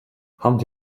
хамт